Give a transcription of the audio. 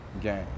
game